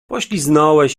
pośliznąłeś